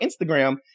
Instagram